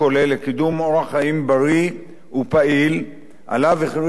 לקידום אורח חיים בריא ופעיל שעליו הכריז